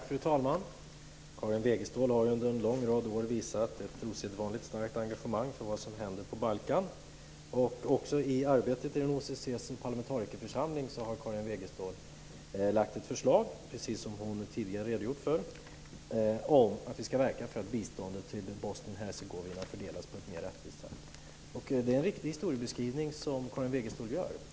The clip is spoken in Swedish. Fru talman! Karin Wegestål har under en lång rad av år visat ett osedvanligt starkt engagemang i vad som händer på Balkan. Också i arbetet inom OSSE:s parlamentarikerförsamling har Karin Wegestål lagt fram ett förslag, precis som hon tidigare har redogjort för, om att vi ska verka för att biståndet till Bosnien Hercegovina fördelas på ett mer rättvist sätt. Det är en riktig historiebeskrivning som Karin Wegestål gör.